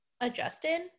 adjusted